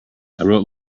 wrote